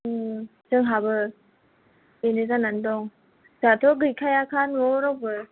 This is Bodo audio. जोंहाबो बेनो जानानै दं जोंहाथ' गैखाया खा न'आव रावबो